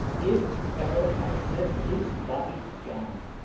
if ever i said loose-bodied gown,